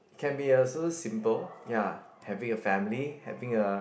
can be also simple ya having a family having a